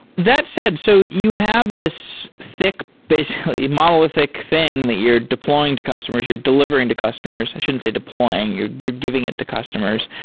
that said. so you have this thick, basically monolithic thing, that you're deploying to customers, you're delivering to customers. i shouldn't say deploying. you're you're giving it to customers.